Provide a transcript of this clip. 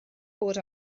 bod